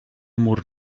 mur